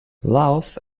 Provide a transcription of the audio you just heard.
laos